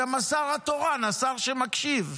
אתה גם השר התורן, השר שמקשיב.